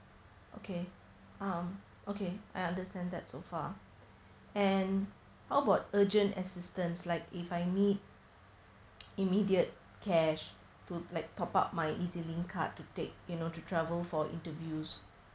okay um okay I understand that so far and how about urgent assistance like if I need immediate cash to like top up my ezlink card to take you know to travel for interviews